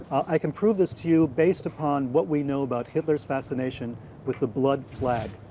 i can prove this to you based upon what we know about hitler's fascination with the blood flag.